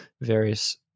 various